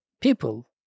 people